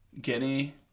Guinea